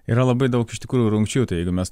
yra labai daug iš tikrųjų rungčių tai jeigu mes